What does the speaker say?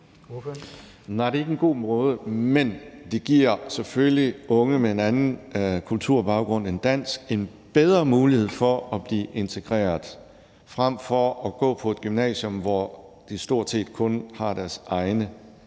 Nej, det er ikke en god måde, men det giver selvfølgelig unge med en anden kulturbaggrund end dansk en bedre mulighed for at blive integreret frem for at gå på et gymnasium, hvor de stort set kun har deres egne